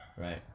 Right